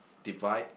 divide